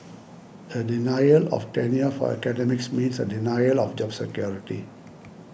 a denial of tenure for academics means a denial of job security